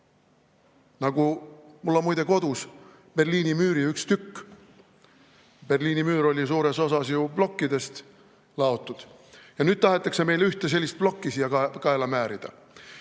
Mul on muide kodus Berliini müüri üks tükk. Berliini müür oli suures osas ju plokkidest laotud ja nüüd tahetakse meile ühte sellist plokki kaela määrida. Kuulge,